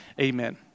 amen